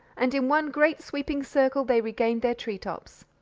and in one great sweeping circle they regained their tree-tops.